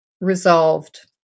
resolved